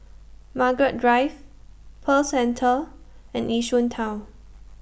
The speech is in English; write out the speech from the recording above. Margaret Drive Pearl Centre and Yishun Town